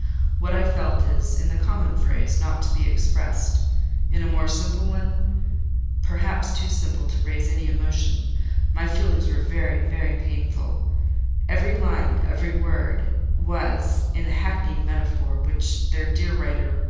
what i felt is in the common phrase, not to be expressed in a more simple one perhaps too simple to raise any emotion my feelings were very, very painful every line, every word was in the hackneyed metaphor which their dear writer,